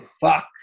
Fuck